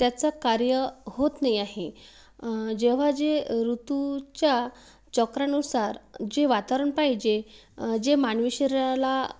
त्याचं कार्य होत नाही आहे जेव्हा जे ऋतूच्या चक्रानुसार जे वातावरण पाहिजे जे मानवी शरीराला